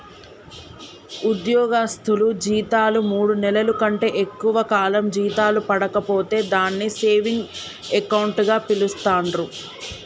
ఉద్యోగస్తులు జీతాలు మూడు నెలల కంటే ఎక్కువ కాలం జీతాలు పడక పోతే దాన్ని సేవింగ్ అకౌంట్ గా పిలుస్తాండ్రు